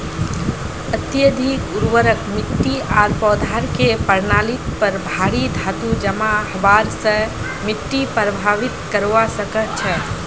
अत्यधिक उर्वरक मिट्टी आर पौधार के प्रणालीत पर भारी धातू जमा हबार स मिट्टीक प्रभावित करवा सकह छह